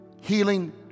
Healing